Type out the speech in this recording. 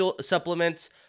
supplements